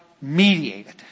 mediated